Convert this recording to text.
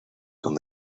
con